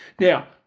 Now